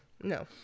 no